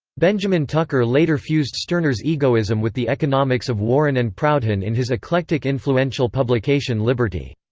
benjamin tucker later fused stirner's egoism with the economics of warren and proudhon in his eclectic influential publication liberty.